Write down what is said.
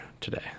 today